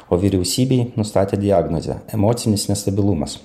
o vyriausybei nustatė diagnozę emocinis nestabilumas